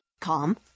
calm